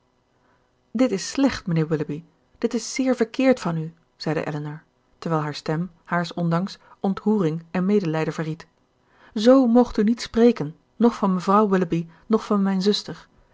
dit is slecht mijnheer willoughby dit is zeer verkeerd van u zeide elinor terwijl hare stem haars ondanks ontroering en medelijden verried z moogt u niet spreken noch van mevrouw willoughby noch van mijne zuster